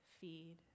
feed